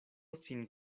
sin